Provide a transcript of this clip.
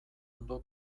ondo